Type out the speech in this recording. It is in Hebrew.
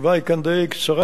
התשובה כאן היא די קצרה.